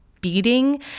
beating